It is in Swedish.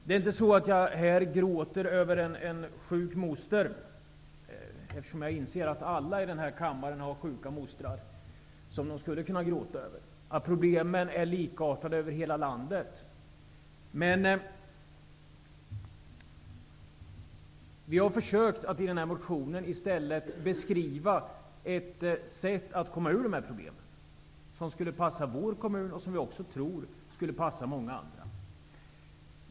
Det är inte så att jag här gråter över en sjuk moster. Jag inser att alla i den här kammaren har sjuka mostrar man skulle kunna gråta över. Problemen är likartade över hela landet. Vi har försökt att i den här motionen i stället beskriva ett sätt att komma ur dessa problem, som skulle passa vår kommun och som vi också tror skulle passa många andra.